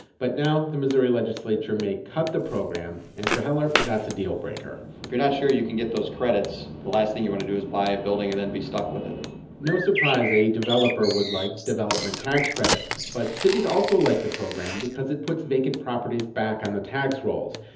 but now the missouri legislature may cut the program, and for heller, that's a deal-breaker if you're not sure if you can get those credits, the last thing you want to do is buy a building and then be stuck with it no surprise a developer would like development tax credits. but cities also like the program because it puts vacant properties back on the tax rolls.